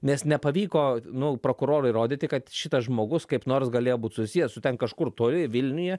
nes nepavyko nu prokurorui įrodyti kad šitas žmogus kaip nors galėjo būt susijęs su ten kažkur toli vilniuje